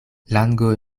lango